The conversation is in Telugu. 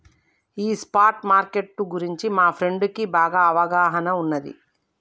ఈ స్పాట్ మార్కెట్టు గురించి మా ఫ్రెండుకి బాగా అవగాహన ఉన్నాది